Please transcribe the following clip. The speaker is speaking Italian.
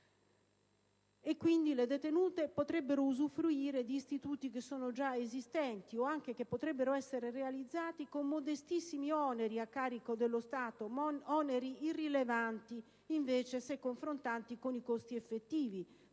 Quindi, le detenute potrebbero usufruire di istituti che sono già esistenti, o che potrebbero essere realizzati con modestissimi oneri a carico dello Stato - oneri irrilevanti, invece, se confrontati con i costi effettivi